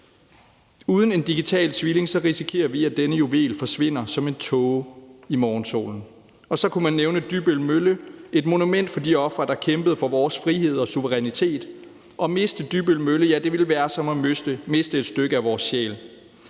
Uden en digital tvilling risikerer vi, at denne juvel forsvinder som en tåge i morgensolen. Og man kunne nævne Dybbøl Mølle – et monument for de ofre, der kæmpede for vores frihed og suverænitet. At miste Dybbøl Mølle, ja, det ville være som at miste et stykke af vores sjæl.